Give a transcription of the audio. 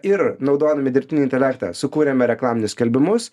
ir naudodami dirbtinį intelektą sukūrėme reklaminius skelbimus